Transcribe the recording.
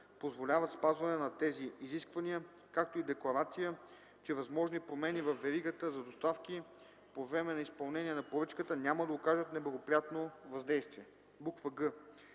позволяват спазване на тези изисквания, както и декларация, че възможни промени във веригата за доставки по време на изпълнение на поръчката няма да окажат неблагоприятно въздействие; г) всяка